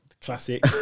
classic